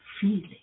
feeling